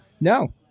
no